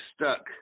stuck